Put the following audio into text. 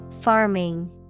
Farming